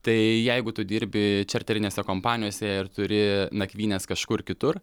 tai jeigu tu dirbi čarterinėse kompanijose ir turi nakvynes kažkur kitur